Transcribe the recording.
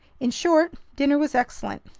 in short, dinner was excellent.